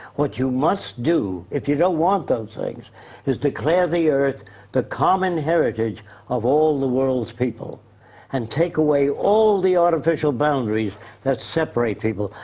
what you must do, if you don't want those things is declare the earth the common heritage of all the world's people and take away all the artificial boundaries that separate people,